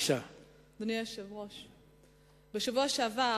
בשבוע שעבר